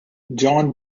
john